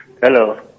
Hello